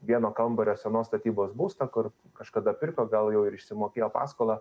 vieno kambario senos statybos būstą kur kažkada pirko gal jau ir išsimokėjo paskolą